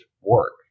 work